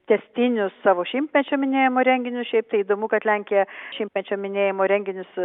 tęstinius savo šimtmečio minėjimo renginius šiaip tai įdomu kad lenkija šimtmečio minėjimo renginius